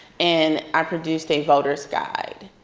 and i produced a voters guide,